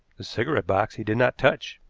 the cigarette box he did not touch,